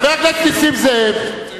חבר הכנסת נסים זאב,